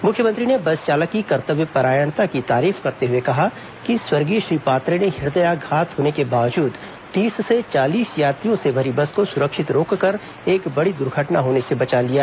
मुख्यमंत्री ने बस चालक की कर्तव्य परायणता की तारीफ करते हुए कहा है कि स्वर्गीय श्री पात्रे ने हृदयाघात होने के बावजूद तीस से चालीस यात्रियों से भरी बस को सुरक्षित रोककर एक बड़ी दुर्घटना होने से बचा लिया